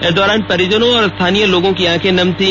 इस दौरान परिजनों और स्थानीय लोगों की आंखें नम थी